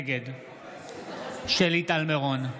נגד שלי טל מירון,